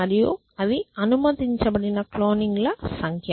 మరియు ఇవి అనుమతించబడిన క్లోనింగ్ ల సంఖ్య